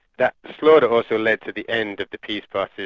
that slaughter also led to the end of the peace but